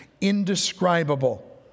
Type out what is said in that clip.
indescribable